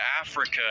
Africa